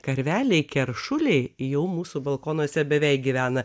karveliai keršuliai jų mūsų balkonuose beveik gyvena